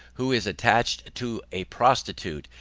who is attached to a prostitute,